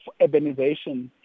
urbanization